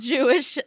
Jewish